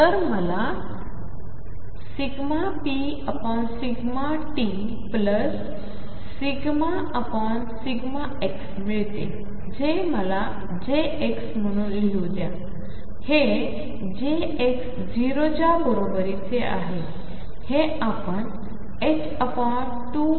तर मला∂ρt∂xमिळतेजेमलाjxम्हणून लिहूद्याहेjx0 च्याबरोबरीचेआहेहेआपण2mi∂ψ∂x ψ∂x